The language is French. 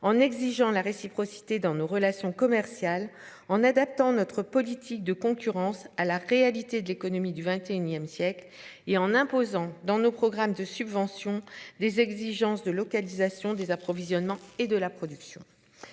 en exigeant la réciprocité dans nos relations commerciales en adaptant notre politique de concurrence à la réalité de l'économie du XXIe siècle et en imposant dans nos programmes de subventions des exigences de localisation des approvisionnements et de la production.